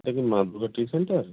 এটা কি নাথগোলা টি সেন্টার